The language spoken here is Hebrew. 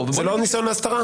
זה לא ניסיון הסתרה?